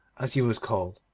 as he was called,